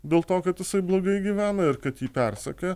dėl to kad jisai blogai gyvena ir kad jį persekioja